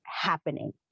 happening